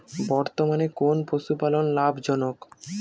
বর্তমানে কোন পশুপালন লাভজনক?